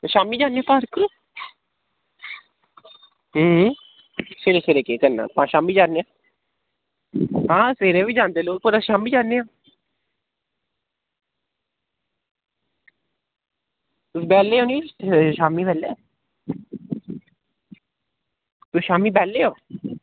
ते शामीं जाना सैर उप्पर सबेरै सबेरै केह् करना शामीं जन्ने आं आं सबेरै बी जंदे लोग पर अस शामीं जन्ने आं बेह्ले ओह् नी शामीं बेल्लै तुस शामीं बेह्ले ओ